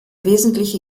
wesentliche